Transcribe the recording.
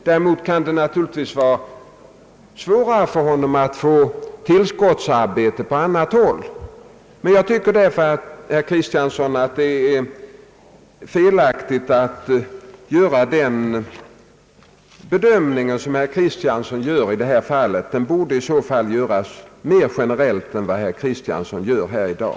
Däremot kan det naturligtvis vara svårare för honom att få tillskottsarbete på annat håll. Jag tycker därför, herr Kristiansson, att det är felaktigt att göra den bedömning som herr Kristiansson gör i detta fall. Den borde göras mer generellt än vad herr Kristiansson gör här i dag.